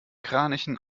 kranichen